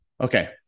Okay